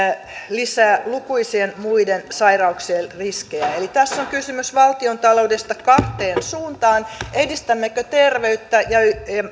lisää lukuisien muiden sairauksien riskejä eli tässä on kysymys valtiontaloudesta kahteen suuntaan edistämmekö terveyttä ja